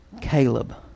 Caleb